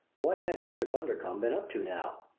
what has mr. bundercombe been up to now?